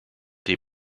die